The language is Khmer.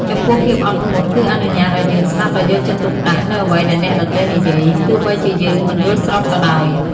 ចំពោះភាពអត់ធ្មត់គឺអនុញ្ញាតឲ្យយើងស្តាប់ដោយយកចិត្តទុកដាក់នូវអ្វីដែលអ្នកដទៃនិយាយ ទោះបីជាយើងមិនយល់ស្របក៏ដោយ។